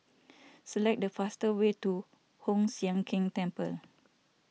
select the fastest way to Hoon Sian Keng Temple